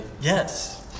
Yes